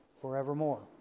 forevermore